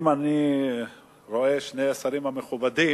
אם אני רואה את שני השרים המכובדים,